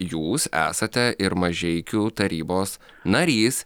jūs esate ir mažeikių tarybos narys